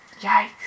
Yikes